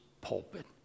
pulpit